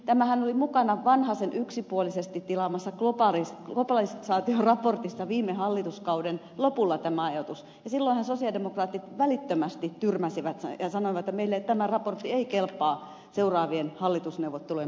tämähän oli mukana vanhasen yksipuolisesti tilaamassa globalisaatioraportissa viime hallituskauden lopulla tämä ajatus ja silloinhan sosialidemokraatit välittömästi tyrmäsivät sen ja sanoivat että meille tämä raportti ei kelpaa seuraavien hallitusneuvottelujen pohjaksi